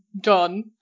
done